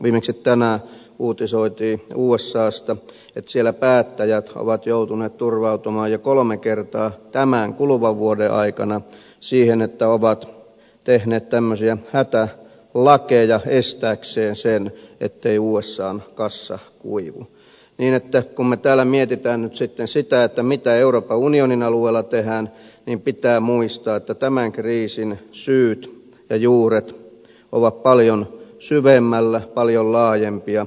viimeksi tänään uutisoitiin usasta että siellä päättäjät ovat joutuneet turvautumaan jo kolme kertaa tämän kuluvan vuoden aikana siihen että ovat tehneet tämmöisiä hätälakeja estääkseen sen että usan kassa kuivuisi niin että kun me täällä mietimme nyt sitten sitä mitä euroopan unionin alueella tehdään niin pitää muistaa että tämän kriisin syyt ja juuret ovat paljon syvemmällä paljon laajempia